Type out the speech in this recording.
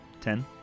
Ten